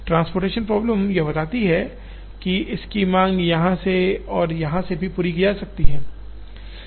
transportation problem यह बताती है कि इसकी माँग यहाँ से और यहाँ से भी पूरी की जा सकती है